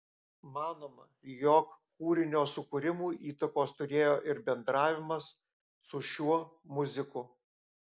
manoma jog kūrinio sukūrimui įtakos turėjo ir bendravimas su šiuo muziku